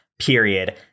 period